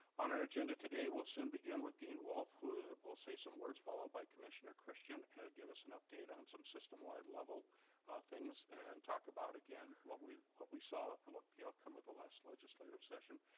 on our agenda today, we'll soon begin with dean wolff who will say some words, followed by commissioner christian, and give us an update on some system wide level things and talk about, again, what we what we saw, what the outcome of the last legislative session.